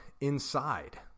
inside